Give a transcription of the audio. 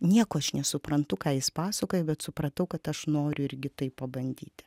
nieko aš nesuprantu ką jis pasakoja bet supratau kad aš noriu irgi tai pabandyti